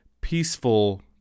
peaceful